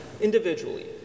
individually